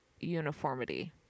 Uniformity